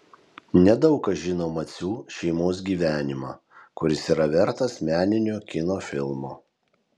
nedaug kas žino macių šeimos gyvenimą kuris yra vertas meninio kino filmo